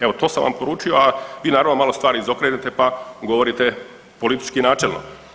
Evo to sam vam poručio, a vi naravno malo stvar izokrenete pa govorite politički načelno.